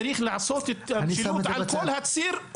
צריך לעשות אותה על כל הציר,